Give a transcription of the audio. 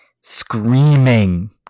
screaming